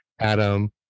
Adam